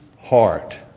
heart